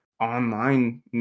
online